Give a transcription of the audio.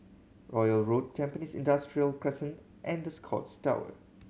Royal Road Tampines Industrial Crescent and The Scotts Tower